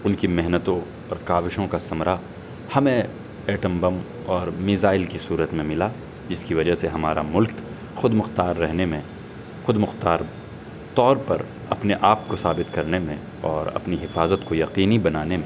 ان کی محنتوں اور کاوشوں کا ثمرہ ہمیں ایٹم بم اور میزائل کی صورت میں ملا جس کی وجہ سے ہمارا ملک خود مختار رہنے میں خود مختار طور پر اپنے آپ کو ثابت کرنے میں اور اپنی حفاظت کو یقینی بنانے میں